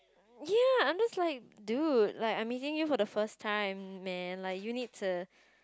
ya I'm just like dude like I'm meeting you for the first time man like you need to